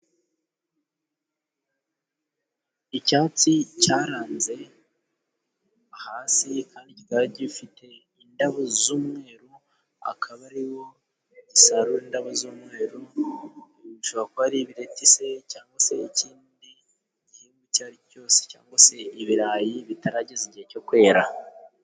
Icyatsi cyaranze hasi, kandi kikaba gifite indabo z'umweru, akaba ariho bagisarura indabo z'umweru, bishoboka ko ari ibireti, cyangwa se ikindi gihingwa icyo aricyo cyose, cyangwa se ibirayi bitarageza igihe cyo kwera.